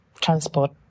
transport